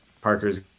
Parker's